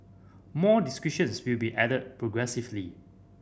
more descriptions will be added progressively